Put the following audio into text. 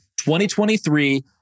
2023